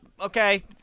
okay